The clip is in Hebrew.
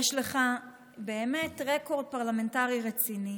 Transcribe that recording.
יש לך באמת רקורד פרלמנטרי רציני,